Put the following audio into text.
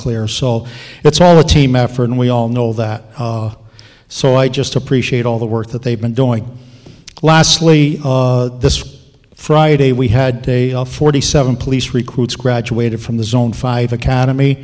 clear so it's all a team effort and we all know that so i just appreciate all the work that they've been doing lastly this friday we had forty seven police recruits graduated from the zone five academy